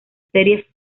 serie